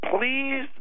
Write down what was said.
Please